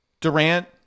Durant